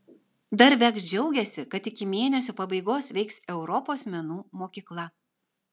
dar veks džiaugiasi kad iki mėnesio pabaigos veiks europos menų mokykla